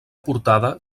portada